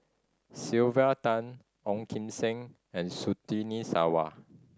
Sylvia Tan Ong Kim Seng and Surtini Sarwan